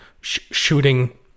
shooting